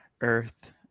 earth